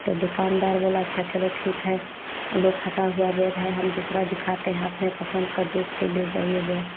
तो दुकानदार बोला अच्छा चलो ठीक है लो फटा हुआ बैग है हम दूसरा दिखाते हैं अपने पसंद का देख के ले जाइए बैग